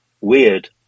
weird